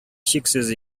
чиксез